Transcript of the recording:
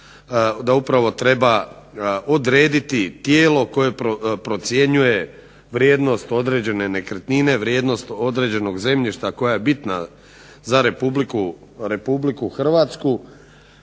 da upravo treba odrediti tijelo koje procjenjuje vrijednost određene nekretnine, vrijednost određenog zemljišta koja je bitna za Republiku Hrvatsku.